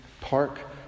park